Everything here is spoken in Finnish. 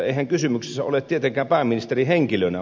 eihän kysymyksessä ole tietenkään pääministeri henkilönä